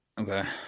Okay